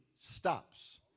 stops